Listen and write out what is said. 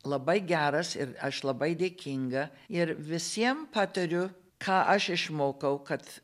labai geras ir aš labai dėkinga ir visiems patariu ką aš išmokau kad